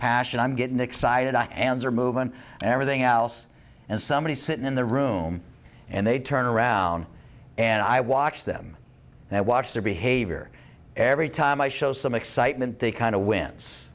passion i'm getting excited i answer movement and everything else and somebody sit in the room and they turn around and i watch them and i watch their behavior every time i show some excitement they kind of win